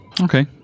Okay